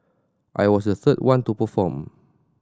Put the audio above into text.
I was the third one to perform